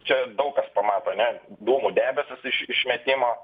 čia daug kas pamato ane dūmų debesis iš išmetimo